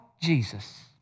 Jesus